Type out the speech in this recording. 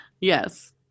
yes